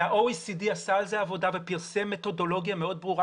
ה-OECD עשה על זה עבודה ופרסם מתודולוגיה מאוד ברורה